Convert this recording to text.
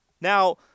Now